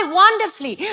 wonderfully